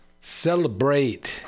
Celebrate